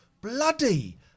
bloody